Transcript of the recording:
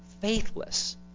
faithless